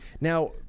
now